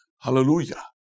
Hallelujah